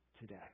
today